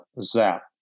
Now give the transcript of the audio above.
Zap